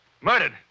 Murdered